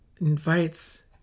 invites